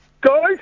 Guys